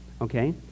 okay